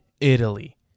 Italy